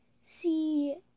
see